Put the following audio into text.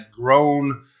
grown